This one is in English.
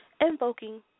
invoking